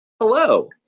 Hello